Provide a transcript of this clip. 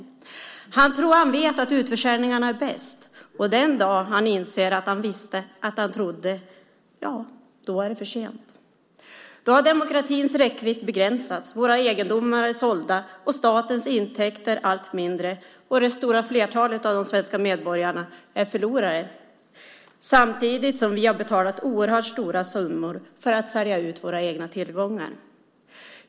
Han tror att han vet att utförsäljningarna är bäst. Och den dagen han inser att han visste att han trodde, ja, då är det för sent. Då har demokratins räckvidd begränsats, våra egendomar är sålda, statens intäkter är allt mindre och det stora flertalet av de svenska medborgarna är förlorare, samtidigt som vi har betalat oerhört stora summor för att sälja ut våra egna tillgångar.